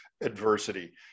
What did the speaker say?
adversity